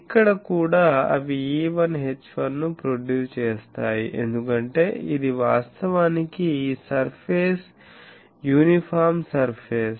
ఇక్కడ కూడా అవి E1 H1 ను ప్రొడ్యూస్ చేస్తాయి ఎందుకంటే ఇది వాస్తవానికి ఈ సర్ఫేస్ యూనిఫామ్ సర్ఫేస్